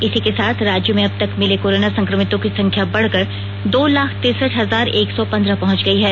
इसी के साथ राज्य में अबतक मिले कोरोना संक्रमितों की संख्या बढ़कर दो लाख तिरसठ हजार एक सौ पंद्रह पहुंच गई है